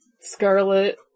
Scarlet